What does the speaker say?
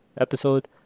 episode